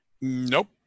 Nope